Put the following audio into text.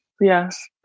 Yes